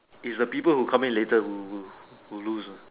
is the people who come in later who who lose uh